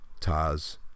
Taz